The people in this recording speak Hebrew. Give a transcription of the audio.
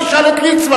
תשאל את ליצמן,